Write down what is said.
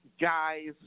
guys